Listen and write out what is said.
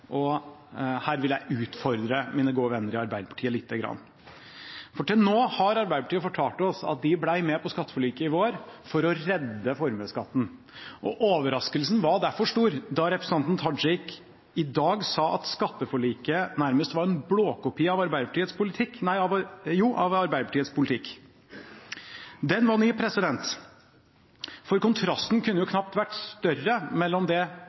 og her vil jeg utfordre mine gode venner i Arbeiderpartiet lite grann. Til nå har Arbeiderpartiet fortalt oss at de ble med på skatteforliket i vår for å redde formuesskatten. Overraskelsen var derfor stor da representanten Tajik i dag sa at skatteforliket nærmest var en blåkopi av Arbeiderpartiets politikk. Den var ny – for kontrasten kunne knapt vært større mellom det